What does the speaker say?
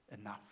enough